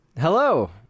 Hello